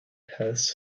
has